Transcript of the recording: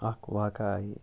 اَکھ واقعہ آیے